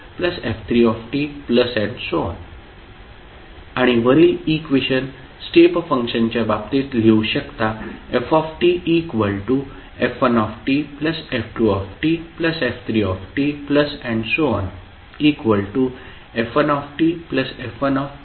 आपण वरील equation step function च्या बाबतीत लिहू शकता ftf1tf2tf3t